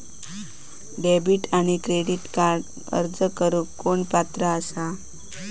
Debit आणि credit कार्डक अर्ज करुक कोण पात्र आसा?